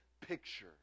picture